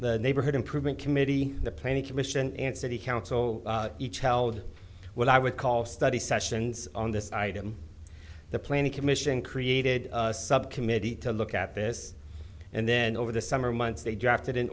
the neighborhood improvement committee the planning commission and city council each held what i would call study sessions on this item the planning commission created a subcommittee to look at this and then over the summer months they drafted an